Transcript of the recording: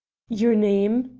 your name?